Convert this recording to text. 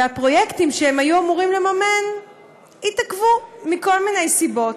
והפרויקטים שהם היו אמורים לממן התעכבו מכל מיני סיבות,